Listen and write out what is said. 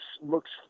looks